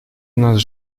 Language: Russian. нас